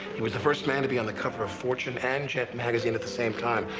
he was the first man to be on the cover of fortune and jet magazine at the same time.